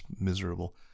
miserable